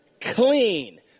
clean